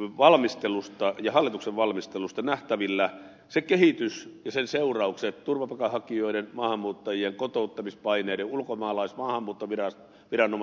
valmistelusta ja hallituksen valmistelusta nähtävillä se kehitys ja sen seuraukset turvapaikanhakijoiden maahanmuuttajien kotouttamispaineiden ulkomaalais ja maahanmuutto viranomaisten vastaanottokeskusten kannalta